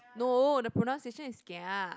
no the pronunciation is kia